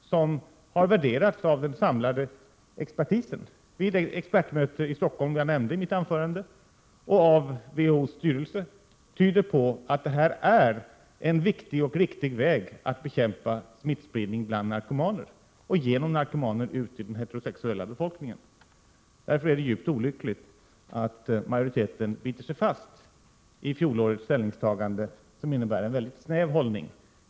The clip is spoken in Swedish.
som har värderats av den samlade expertisen vid det expertmöte i Stockholm som jag nämnde i mitt anförande och av WHO:s styrelse, tyder på att detta är en viktig och riktig väg att bekämpa smittspridningen bland narkomaner och genom narkomaner ut i den heterosexuella befolkningen. Därför är det djupt olyckligt att majoriteten biter sig fast i fjolårets ställningstagande, som innebär en mycket snäv hållning.